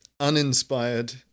uninspired